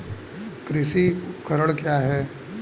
कृषि उपकरण क्या है?